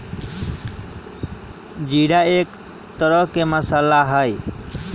जीरा एक तरह के मसाला हई